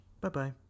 Bye-bye